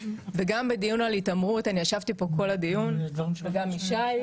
וגם בדיון על התעמרות אני ישבתי פה וגם שי.